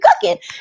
cooking